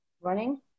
Running